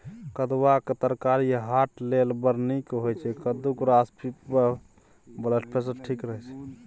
कद्दुआक तरकारी हार्ट लेल बड़ नीक होइ छै कद्दूक रस पीबयसँ ब्लडप्रेशर ठीक रहय छै